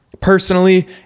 personally